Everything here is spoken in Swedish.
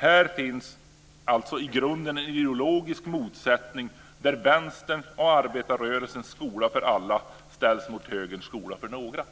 Här finns alltså i grunden en ideologisk motsättning där vänsterns och arbetarrörelsens skola för alla ställs mot högerns skola för några.